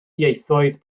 ieithoedd